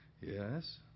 Yes